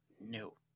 No